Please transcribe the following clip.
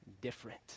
different